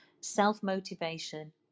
self-motivation